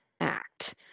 Act